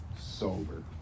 sober